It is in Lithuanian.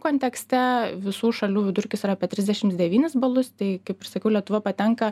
kontekste visų šalių vidurkis yra apie trisdešims devynis balus tai kaip ir sakiau lietuva patenka